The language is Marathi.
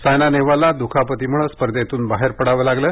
सायना नेहवालला द्खापतीमुळे स्पर्धेतून बाहेर पडावे लागले